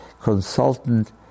consultant